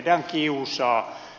tehdään kiusaa